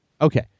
Okay